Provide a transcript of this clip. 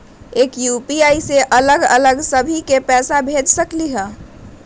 एक यू.पी.आई से अलग अलग सभी के पैसा कईसे भेज सकीले?